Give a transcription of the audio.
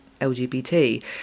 LGBT